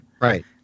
right